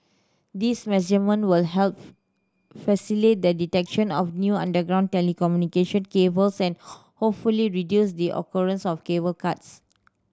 these will help facilitate the detection of new underground telecommunication cables and hopefully reduce the occurrence of cable cuts